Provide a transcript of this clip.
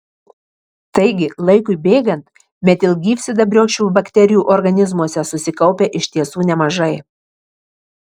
taigi laikui bėgant metilgyvsidabrio šių bakterijų organizmuose susikaupia iš tiesų nemažai